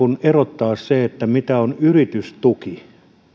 erottaa mitä on yritystuki